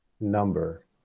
number